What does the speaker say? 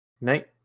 Night